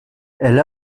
elle